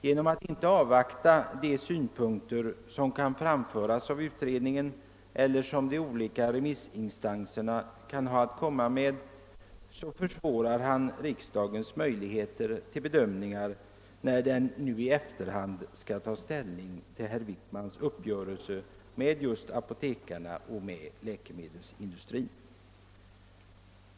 Genom att inte avvakta de synpunkter, som kan framföras av utredningen eller som de olika remissinstanserna kan ha att komma med, försvårar han riksdagens möjligheter till bedömningar, när den nu i efterhand skall ta ställning till herr Wickmans uppgörelse med apotekarna och med läkemedelsindustrin.